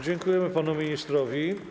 Dziękujemy panu ministrowi.